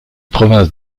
provinces